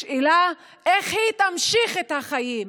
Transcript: השאלה איך היא תמשיך את החיים.